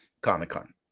Comic-Con